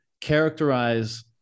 characterize